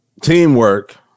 teamwork